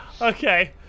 Okay